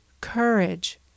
courage